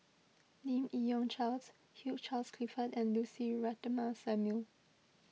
Lim Yi Yong Charles Hugh Charles Clifford and Lucy Ratnammah Samuel